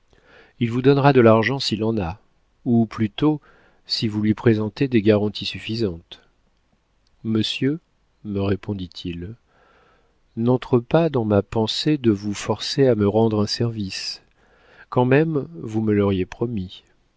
il vous donnera de l'argent s'il en a ou plutôt si vous lui présentez des garanties suffisantes monsieur me répondit-il il n'entre pas dans ma pensée de vous forcer à me rendre un service quand même vous me l'auriez promis